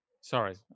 Sorry